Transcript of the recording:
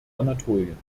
anatolien